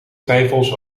twijfels